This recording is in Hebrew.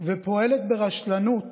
ופועלת ברשלנות